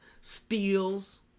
steals